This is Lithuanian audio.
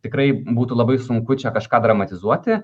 tikrai būtų labai sunku čia kažką dramatizuoti